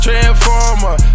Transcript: Transformer